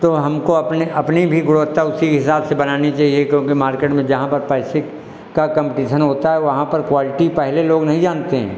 तो हमको अपने अपनी भी गुणवत्ता उसी हिसाब से बनानी चाहिए क्योंकि मार्केट में जहाँ पर पैसों का कंपटीसन होता है वहाँ पर क्वालटी पहले लोग नहीं जानते हैं